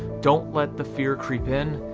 don't let the fear creep in,